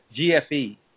GFE